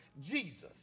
Jesus